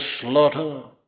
slaughter